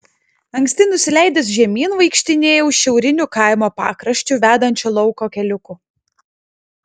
anksti nusileidęs žemyn vaikštinėjau šiauriniu kaimo pakraščiu vedančiu lauko keliuku